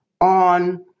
on